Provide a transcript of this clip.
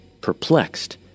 perplexed